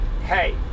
hey